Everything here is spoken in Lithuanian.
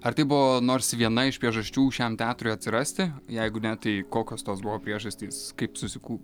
ar tai buvo nors viena iš priežasčių šiam teatrui atsirasti jeigu ne tai kokios tos buvo priežastys kaip susikū